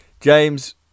james